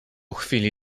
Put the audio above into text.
chwili